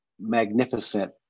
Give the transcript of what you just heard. magnificent